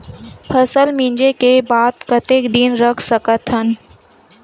फसल मिंजे के बाद कतेक दिन रख सकथन?